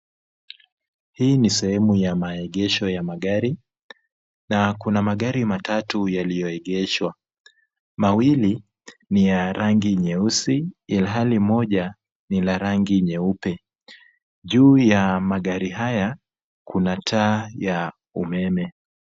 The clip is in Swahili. Hii ni sehemu ya maegesho ya magari, na kuna magari matatu yaliyoegeshwa. Mawili ni ya rangi nyeusi ilhali moja ni la rangi nyeupe. Juu ya magari haya, kuna taa ya umeme.